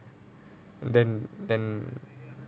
then then